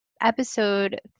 Episode